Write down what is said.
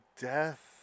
death